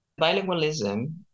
Bilingualism